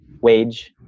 wage